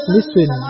Listen